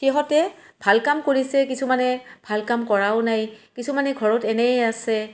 সিহঁতে ভাল কাম কৰিছে কিছুমানে ভাল কাম কৰাও নাই কিছুমানে ঘৰত এনেই আছে